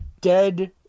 dead